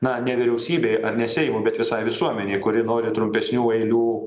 na ne vyriausybei ar ne seimui bet visai visuomenei kuri nori trumpesnių eilių